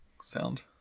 sound